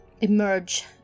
emerge